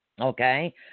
okay